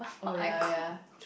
oh ya ya true